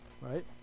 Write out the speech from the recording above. right